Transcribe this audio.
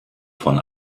von